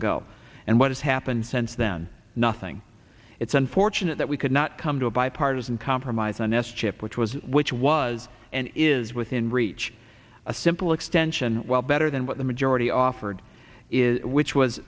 ago and what has happened since then nothing it's unfortunate that we could not come to a bipartisan compromise on s chip which was which was and is within reach a simple extension well better than what the majority offered is which was